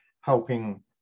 helping